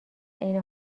عین